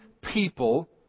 people